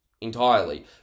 entirely